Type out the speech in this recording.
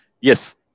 Yes